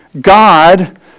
God